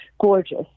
Gorgeous